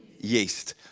yeast